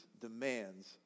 demands